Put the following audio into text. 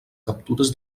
captures